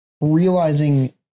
realizing